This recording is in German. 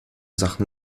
sachen